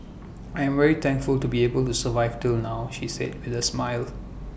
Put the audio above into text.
I am very thankful to be able to survive till now she said with A smile